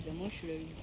mushroom.